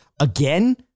Again